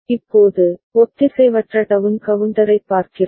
இப்போது ஒத்திசைவற்ற டவுன் கவுண்டரைப் பார்க்கிறோம்